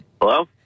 Hello